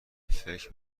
فکر